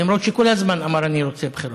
למרות שכל הזמן אמר: אני רוצה בחירות?